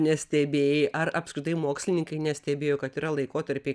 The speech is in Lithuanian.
nestebėjai ar apskritai mokslininkai nestebėjo kad yra laikotarpiai